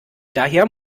daher